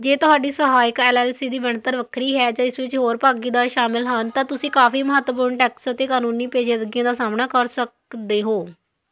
ਜੇ ਤੁਹਾਡੀ ਸਹਾਇਕ ਐੱਲ ਐੱਲ ਸੀ ਦੀ ਬਣਤਰ ਵੱਖਰੀ ਹੈ ਜਾਂ ਇਸ ਵਿੱਚ ਹੋਰ ਭਾਗੀਦਾਰ ਸ਼ਾਮਲ ਹਨ ਤਾਂ ਤੁਸੀਂ ਕਾਫ਼ੀ ਮਹੱਤਵਪੂਰਨ ਟੈਕਸ ਅਤੇ ਕਾਨੂੰਨੀ ਪੇਚੀਦਗੀਆਂ ਦਾ ਸਾਹਮਣਾ ਕਰ ਸਕਦੇ ਹੋ